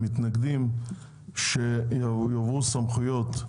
מתנגדים שיועברו סמכויות.